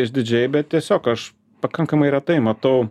išdidžiai bet tiesiog aš pakankamai retai matau